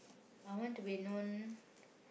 I want to be known